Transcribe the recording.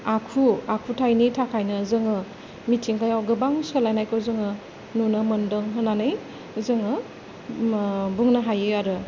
आखु आखुथायनि थाखायनो जोङो मिथिंगायाव गोबां सोलायनायखौ जोङो नुनो मोनदों होननानै जोङो बुंनो हायो आरो